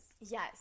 Yes